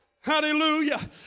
Hallelujah